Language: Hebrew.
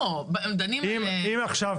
אם עכשיו,